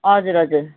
हजुर हजुर